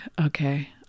okay